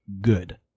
good